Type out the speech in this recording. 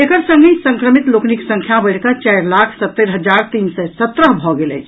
एकर संगहि संक्रमित लोकनिक संख्या बढ़ि कऽ चारि लाख सत्तरि हजार तीन सय सत्रह भऽ गेल अछि